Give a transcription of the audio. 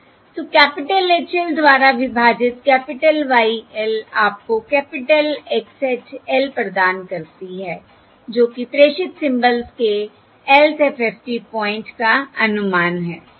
तो capital H l द्वारा विभाजित कैपिटल Y l आपको कैपिटल X hat L प्रदान करती है जो कि प्रेषित सिंबल्स के lth FFT पॉइंट का अनुमान है